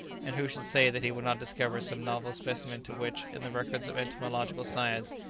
and who should say that he would not discover some novel specimen to which, in the records of entomological science,